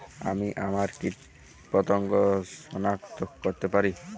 কিভাবে আমরা কীটপতঙ্গ সনাক্ত করতে পারি?